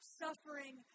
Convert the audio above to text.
suffering